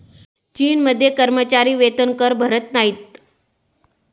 चीनमध्ये कर्मचारी वेतनकर भरत नाहीत